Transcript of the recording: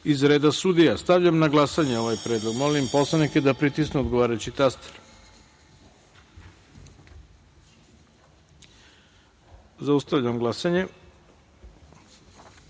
iz reda sudija. Stavljam na glasanje ovaj predlog. Molim poslanike da pritisnu odgovarajući taster. Zaustavljam glasanje. Ukupno